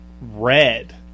red